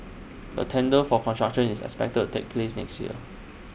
the tender for construction is expected to take place next year